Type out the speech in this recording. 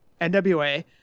NWA